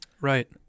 Right